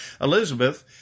Elizabeth